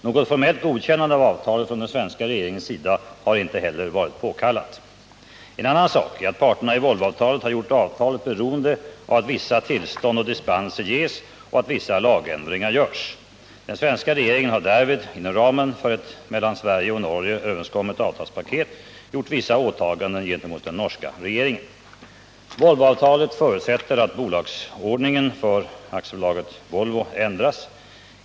Något formellt godkännande av avtalet från den svenska regeringens sida har inte heller varit påkallat. En annan sak är att parternai Volvoavtalet har gjort avtalet beroende av att vissa tillstånd och dispenser ges och att vissa lagändringar görs. Den svenska regeringen har därvid — inom ramen för ett mellan Sverige och Norge överenskommet avtalspaket — gjort vissa åtaganden gentemot den norska regeringen. Volvoavtalet förutsätter att bolagsordningen för AB Volvo ändras.